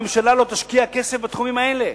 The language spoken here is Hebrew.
אם הממשלה לא תשקיע כסף בתחומים האלה.